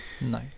no